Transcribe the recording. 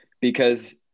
because-